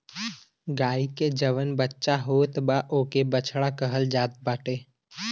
गाई के जवन बच्चा होत बा ओके बछड़ा कहल जात बाटे